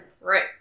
Right